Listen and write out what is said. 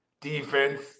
defense